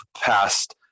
past